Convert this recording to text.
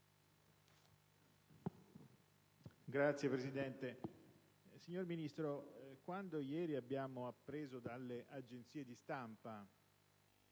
Signor Presidente, signor Ministro, quando ieri abbiamo appreso dalle agenzie di stampa